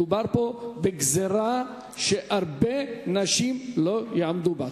מדובר פה בגזירה שהרבה נשים לא יעמדו בה.